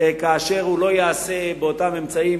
כאשר הוא לא ייעשה באותם אמצעים,